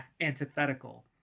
antithetical